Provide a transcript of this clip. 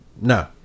No